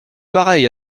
pareille